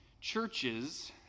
churches